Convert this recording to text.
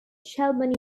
shelburne